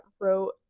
wrote